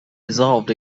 dissolved